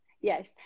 yes